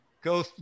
go